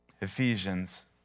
Ephesians